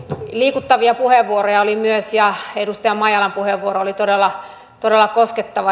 liikuttavia puheenvuoroja oli myös ja edustaja maijalan puheenvuoro oli todella koskettava